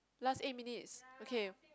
last eight minutes okay